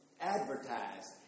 advertised